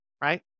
right